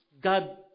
God